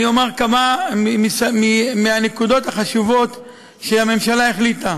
אני אומר כמה מהנקודות החשובות שהממשלה החליטה